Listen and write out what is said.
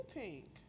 pink